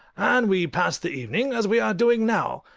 and we passed the evening as we are doing now,